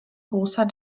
großer